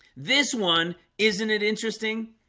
this one, isn't it? interesting?